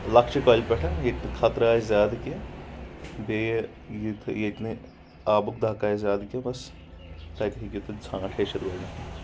لۄکچہِ کۄلہِ پٮ۪ٹھ ییٚتہِ نہٕ خطرٕ آسہِ زیادٕ کینٛہہ بیٚیہِ یِتھ نہٕ ییٚتہِ نہٕ آبُک دکہٕ آسہِ زیادٕ کینٛہہ بس تتہِ ہٮ۪کِو تُہۍ ژھانٛٹ ہیٚچھِتھ گۄڈٕنٮ۪تھ